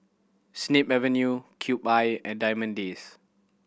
Snip Avenue Cube I and Diamond Days